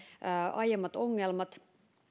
aiemmat ongelmat